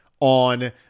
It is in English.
on